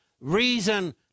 reason